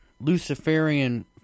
Luciferian –